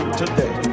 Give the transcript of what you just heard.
today